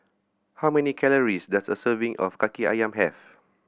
how many calories does a serving of Kaki Ayam have